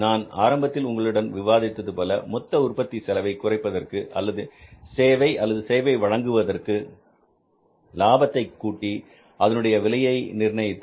நான் ஆரம்பத்தில் உங்களுடன் விவாதித்தது போல மொத்த உற்பத்தி செலவை குறைப்பதற்கு அல்லது சேவை அல்லது சேவை வழங்குவதற்கு லாபத்தை கூட்டி அதனுடைய விலையை நிர்ணயித்து